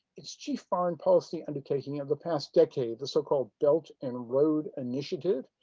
its chief foreign policy undertaking of the past decade, the so-called belt and road initiative,